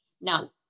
Now